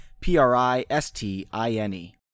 P-R-I-S-T-I-N-E